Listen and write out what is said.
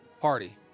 party